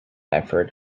effort